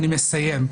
אני מסיים.